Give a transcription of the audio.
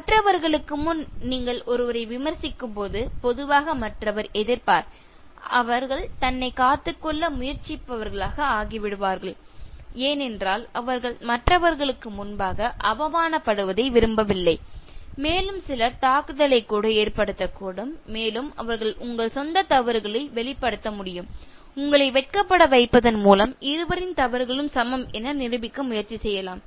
மற்றவர்களுக்கு முன் நீங்கள் ஒருவரை விமர்சிக்கும்போது பொதுவாக மற்றவர் எதிர்ப்பார் அவர்கள் தன்னைக் காத்துக்கொள்ள முயற்சிப்பவர்களாக ஆகிவிடுவார்கள் ஏனென்றால் அவர்கள் மற்றவர்களுக்கு முன்பாக அவமானப்படுவதை விரும்பவில்லை மேலும் சிலர் தாக்குதலைக் கூட ஏற்படுத்தக்கூடும் மேலும் அவர்கள் உங்கள் சொந்த தவறுகளை வெளிப்படுத்த முடியும் உங்களை வெட்கப்பட வைப்பதன் மூலம் இருவரின் தவறுகளும் சமம் என நிரூபிக்க முயற்சி செய்யலாம்